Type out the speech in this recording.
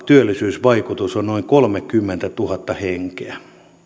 työllisyysvaikutus on noin kolmekymmentätuhatta henkeä